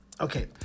Okay